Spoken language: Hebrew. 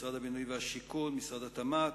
ממשרד הבינוי והשיכון וממשרד התמ"ת,